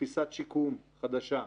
תפיסת שיקום חדשה.